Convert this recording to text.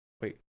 Wait